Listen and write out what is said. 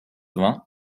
vingts